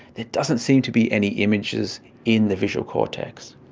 there doesn't seem to be any images in the visual cortex.